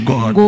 God